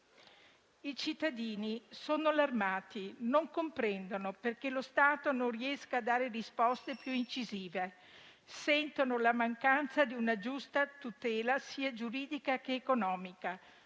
I cittadini sono allarmati, non comprendono perché lo Stato non riesca a dare risposte più incisive, sentono la mancanza di una giusta tutela sia giuridica che economica,